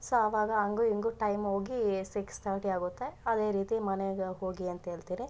so ಅವಾಗ ಹಂಗು ಹಿಂಗು ಟೈಮ್ ಹೋಗಿ ಸಿಕ್ಸ್ ತರ್ಟಿ ಆಗುತ್ತೆ ಅದೇ ರೀತಿ ಮನೆಗೆ ಹೋಗಿ ಅಂತೇಳ್ತಿರಿ